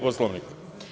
Poslovnika.